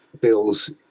bills